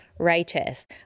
righteous